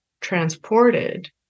transported